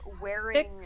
wearing